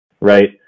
right